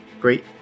Great